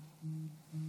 ההצעה להעביר את